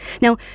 Now